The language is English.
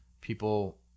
people